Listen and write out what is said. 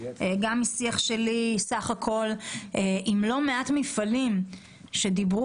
גם משיח שלי עם לא מעט מפעלים שדיברו